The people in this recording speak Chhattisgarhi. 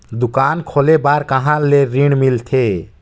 दुकान खोले बार कहा ले ऋण मिलथे?